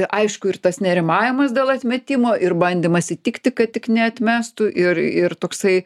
aišku ir tas nerimavimas dėl atmetimo ir bandymas įtikti kad tik neatmestų ir ir toksai